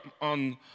on